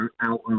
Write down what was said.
out